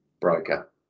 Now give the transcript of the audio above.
broker